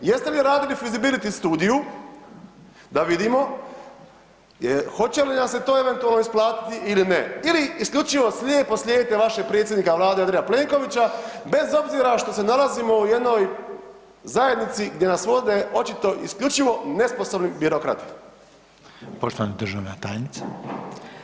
Jeste li radili Fizibiliti studiju da vidimo hoće li nam se to eventualno isplatiti ili ne ili isključivo slijepo slijedite vašeg predsjednika vlade Andreja Plenkovića bez obzira što se nalazimo u jednoj zajednici gdje nas vode očito isključivo nesposobni birokrati?